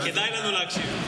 כדאי לנו להקשיב.